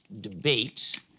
debate